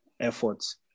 efforts